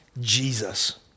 Jesus